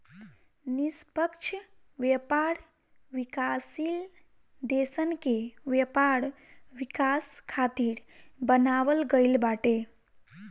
निष्पक्ष व्यापार विकासशील देसन के व्यापार विकास खातिर बनावल गईल बाटे